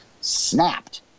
snapped